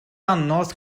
anodd